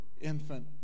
infant